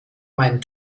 meinen